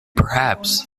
perhaps